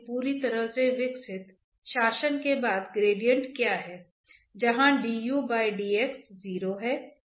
तो यहां होने वाली विभिन्न प्रक्रियाएं क्या हैं आइए हम मोमेंटम संतुलन में कहें